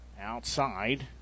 outside